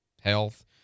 health